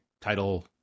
title